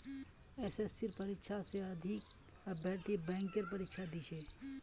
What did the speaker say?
एसएससीर परीक्षा स अधिक अभ्यर्थी बैंकेर परीक्षा दी छेक